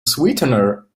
sweetener